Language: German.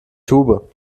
tube